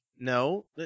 No